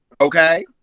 Okay